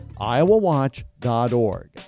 iowawatch.org